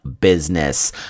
business